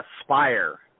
aspire